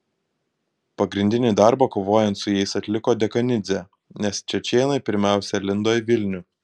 pagrindinį darbą kovojant su jais atliko dekanidzė nes čečėnai pirmiausia lindo į vilnių